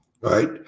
right